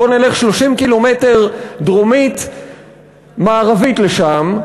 בוא נלך 30 קילומטר דרומית-מערבית לשם,